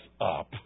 up